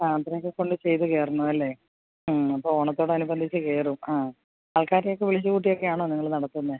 ആ അത്രയും ദിവസത്തിനുള്ളിൽ ചെയ്തു കയറണമല്ലേ അപ്പോൾ ഓണത്തോട് അനുബന്ധിച്ച് കയറും ആ ആള്ക്കാരൊക്കെ വിളിച്ചു കൂട്ടിയൊക്കെ ആണോ നിങ്ങൾ നടത്തുന്നത്